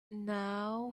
now